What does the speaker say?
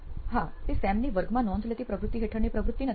હા તે સેમની વર્ગોમાં નોંધ લેતી પ્રવૃત્તિ હેઠળની પ્રવૃત્તિ નથી